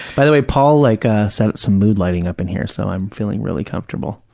by the way, paul like ah set some mood lighting up in here, so i'm feeling really comfortable.